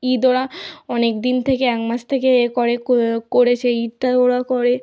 ঈদ ওরা অনেক দিন থেকে একমাস থেকে এ করে ক এ করে সেই ঈদটা ওরা করে